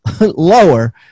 lower